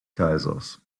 kaisers